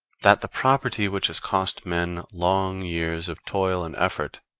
that the property which has cost men long years of toil and effort,